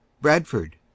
Bradford